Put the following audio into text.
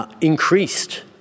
increased